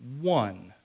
one